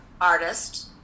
artist